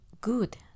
good